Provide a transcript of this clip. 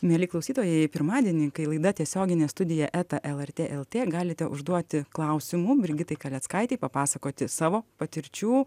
mieli klausytojai pirmadienį kai laida tiesioginė studija eta lrt lt galite užduoti klausimų brigitai kaleckaitei papasakoti savo patirčių